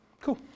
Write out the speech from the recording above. cool